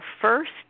first